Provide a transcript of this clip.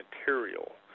material